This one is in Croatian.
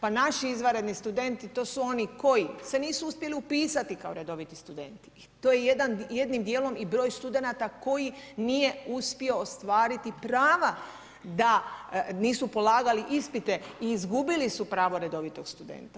Pa naši izvanredni studenti to su oni koji se nisu uspjeli upisati kao redoviti studenti, to je jednim djelom i broj studenata koji nije uspio ostvariti prava da nisu polagali ispite i izgubili su pravo redovitog studenta.